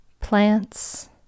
plants